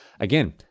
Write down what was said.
Again